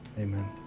amen